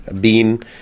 Bean